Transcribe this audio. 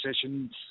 sessions